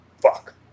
Fuck